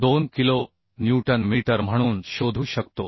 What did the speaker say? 92 kilo newton metre म्हणून शोधू शकतो